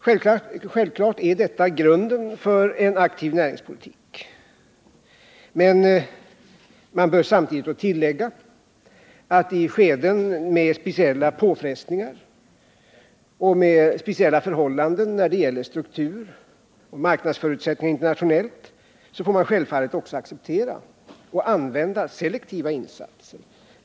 Självfallet är detta grunden för en aktiv näringspolitik, men man bör samtidigt tillägga att i skeden med speciella påfrestningar och spéciella förhållanden när det gäller struktur och marknadsförutsättningar internationellt får man naturligtvis acceptera användandet av selektiva insatser.